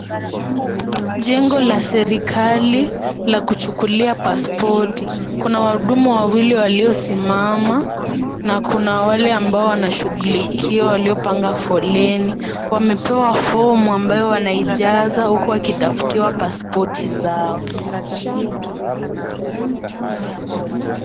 Jengo la selikali la kuchukulia pasipoti kuna wahudumu wawili waliosimama na kuna wale ambao wanaoshughulikia waliopanga foleni wamepewa fomu ambayo wanaijaza huku wakitafutiwa pasipoti zao.